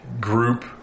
group